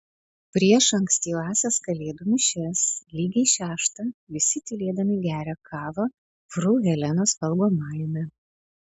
prieš ankstyvąsias kalėdų mišias lygiai šeštą visi tylėdami geria kavą fru helenos valgomajame